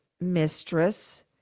mistress